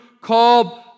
called